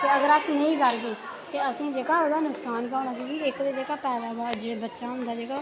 ते अगर अस नेईं करगे ते असेंगी ओह्दा नुक्सान गै औना की के इक्क जेह्का पैदा होंदा बच्चा